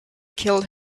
killed